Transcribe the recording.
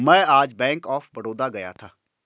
मैं आज bank of Baroda गया था